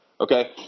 okay